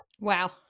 Wow